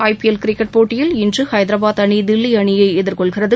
ஐ P L cricket போட்டியில் இன்று ஐதராபாத் அணி தில்லி அணியை எதிர்கொள்கிறது